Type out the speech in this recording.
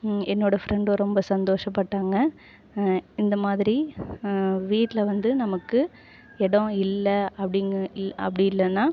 என்னோடய ஃப்ரெண்டு ரொம்ப சந்தோஷப்பட்டாங்க இந்தமாதிரி வீட்டில் வந்து நமக்கு இடம் இல்லை அப்படிங் அப்படி இல்லைனா